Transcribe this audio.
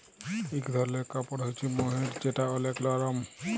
ইক ধরলের কাপড় হ্য়চে মহের যেটা ওলেক লরম